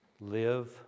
live